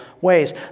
ways